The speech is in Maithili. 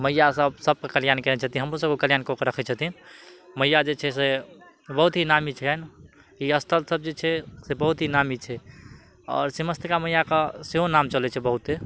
मैया सब सबके कल्याण करै छथिन हमहुँ सबके कल्याण कऽ के रखै छथिन मैयाँ जे छै से बहुत ही नामी छैनि ई स्तर सब जे छै से बहुत ही नामी छै और सिमस्तिका मैया कऽ सेहो नाम चलै छै बहुते